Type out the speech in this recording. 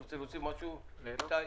אתם רוצים משהו, איתי?